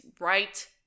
right